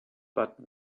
but